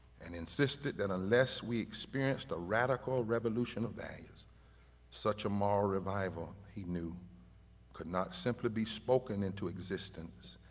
and insisted that unless we experienced a radical revolution of values such a moral revival, he knew could not simply be spoken into existence,